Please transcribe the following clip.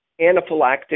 anaphylactic